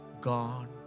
God